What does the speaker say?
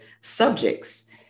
subjects